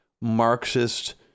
Marxist